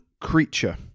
Creature